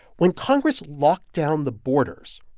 when congress locked down the borders,